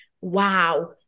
wow